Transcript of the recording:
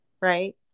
right